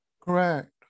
Correct